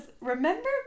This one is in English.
remember